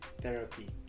Therapy